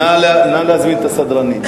נא להזמין את הסדרנים.